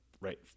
right